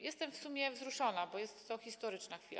Jestem w sumie wzruszona, bo jest to historyczna chwila.